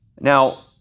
Now